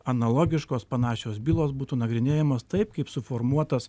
analogiškos panašios bylos būtų nagrinėjamos taip kaip suformuotas